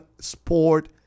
sport